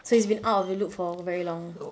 so he has been out of the loop for very long